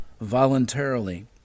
voluntarily